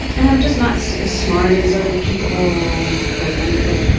and um just not so as smart as other people. like um like